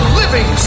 living